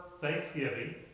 Thanksgiving